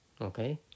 Okay